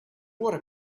water